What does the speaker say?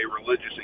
religious